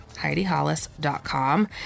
HeidiHollis.com